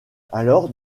alors